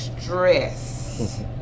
stress